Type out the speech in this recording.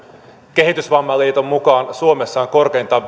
kehitysvammaliiton mukaan suomessa on korkeintaan